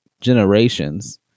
generations